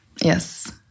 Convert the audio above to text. Yes